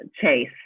Chase